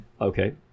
Okay